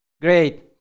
Great